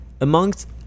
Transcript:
amongst